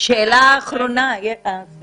יש